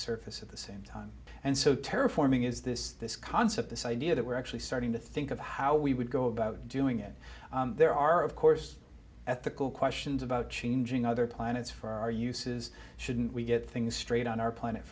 surface at the same time and so terra forming is this this concept this idea that we're actually starting to think of how we would go about doing it there are of course ethical questions about changing other planets for our uses shouldn't we get things straight on our plan